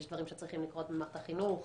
יש דברים שצריכים לקרות במערכת החינוך,